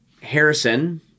Harrison